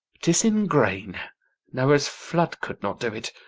tis in grain noah's flood could not do it.